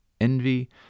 envy